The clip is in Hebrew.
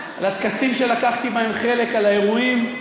על הטקסים שלקחתי בהם חלק, על האירועים,